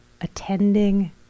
attending